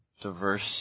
diverse